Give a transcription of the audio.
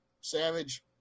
Savage –